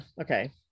okay